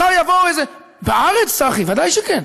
מחר יבוא איזה, בארץ, צחי, ודאי שכן.